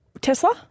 Tesla